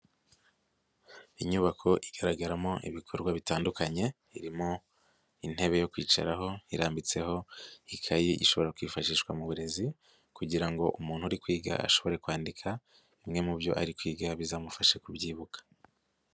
Inyubako igaragaramo ibikorwa bitandukanye irimo intebe yo kwicaraho irambitseho ikayi ishobora kwifashishwa mu burezi kugira ngo umuntu uri kwiga ashobore kwandika bimwe mu byo ari kwiga bizamufashe kubyibuka.